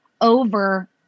over